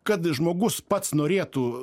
kad žmogus pats norėtų